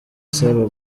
asaba